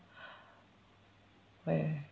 where